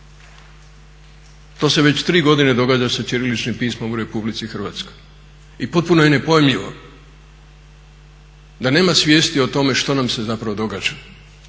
To se već tri godine događa sa ćiriličnim pismom u Republici Hrvatskoj. I potpuno je nepojmljivo da nema svijesti o tome što nam se zapravo događa,